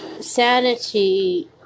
sanity